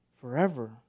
forever